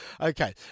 Okay